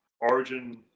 origin